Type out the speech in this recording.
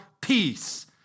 peace